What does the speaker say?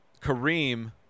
Kareem